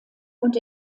und